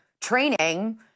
training